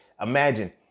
Imagine